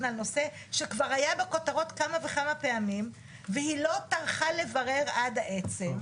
על נושא שכבר היה בכותרות כמה וכמה פעמים והיא לא טרחה לברר עד העצם,